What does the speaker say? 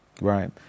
right